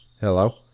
Hello